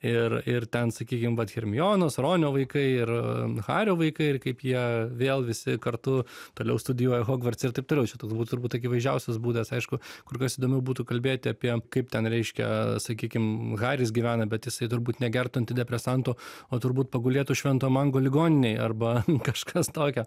ir ir ten sakykim vat hermionos ronio vaikai ir hario vaikai ir kaip jie vėl visi kartu toliau studijuoja hogvartse ir taip toliau šitas būtų turbūt akivaizdžiausias būdas aišku kur kas įdomiau būtų kalbėti apie kaip ten reiškia sakykim haris gyvena bet jisai turbūt negertų antidepresantų o turbūt pagulėtų švento mango ligoninėj arba kažkas tokio